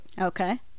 okay